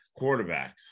quarterbacks